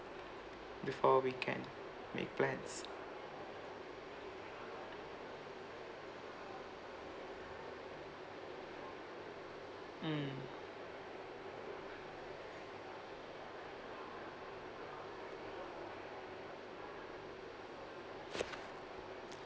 before we can make plans mm